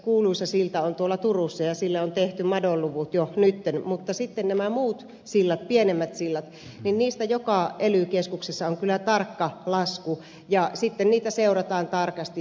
eräs kuuluisa silta on turussa ja sille on tehty madonluvut jo nyt mutta sitten näistä muista silloista pienemmistä silloista joka ely keskuksessa on kyllä tarkka lasku ja niitä seurataan tarkasti